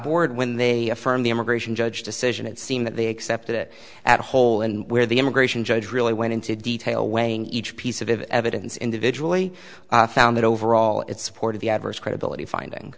board when they affirm the immigration judge decision it seemed that they accepted it as a whole and where the immigration judge really went into detail weighing each piece of evidence individually found that overall it supported the adverse credibility finding